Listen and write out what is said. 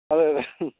അതെ അതെ